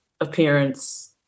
appearance